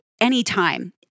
anytime